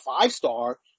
five-star